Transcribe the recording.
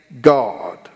God